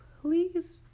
please